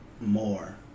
more